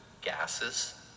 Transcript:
gases